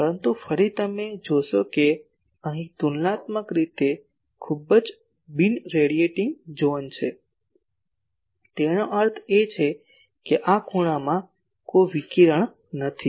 પરંતુ ફરી તમે જોશો કે અહીં તુલનાત્મક રીતે ખૂબ જ બિન રેડિએટીંગ ઝોન છે તેનો અર્થ એ કે આ ખૂણામાં કોઈ વિકિરણ નથી